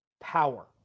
power